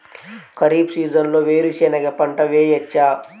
ఖరీఫ్ సీజన్లో వేరు శెనగ పంట వేయచ్చా?